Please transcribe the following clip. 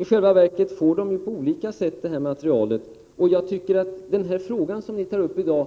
I själva verket får lärarna på olika sätt detta material. Den fråga som ni tar uppi dag